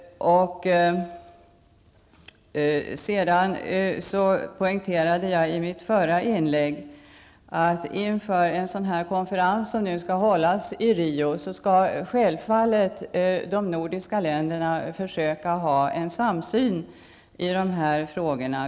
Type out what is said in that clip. I mitt förra inlägg poängterade jag att de nordiska länderna när det gäller dessa frågor självfallet skall försöka nå fram till en samsyn inför konferensen i Rio.